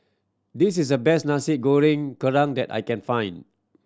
this is the best Nasi Goreng Kerang that I can find